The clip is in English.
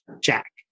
Jack